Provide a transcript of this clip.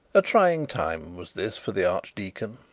a trying time was this for the archdeacon,